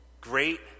great